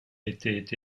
était